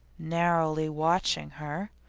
narrowly watching her,